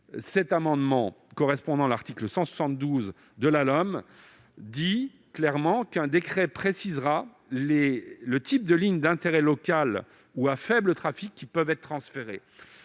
Cet amendement correspondant à l'article 172 de la LOM tend clairement à prévoir qu'un décret précisera le type de lignes d'intérêt local ou à faible trafic pouvant être transférées.